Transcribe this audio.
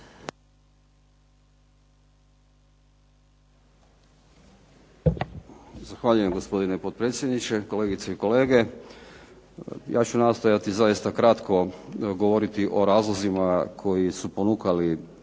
Zahvaljujem, gospodine potpredsjedniče. Kolegice i kolege. Ja ću nastojati zaista kratko govoriti o razlozima koji su ponukali